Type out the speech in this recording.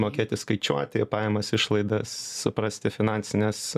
mokėti skaičiuoti pajamas išlaidas suprasti finansines